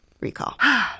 recall